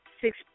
six